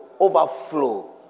overflow